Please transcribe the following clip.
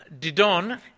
Didon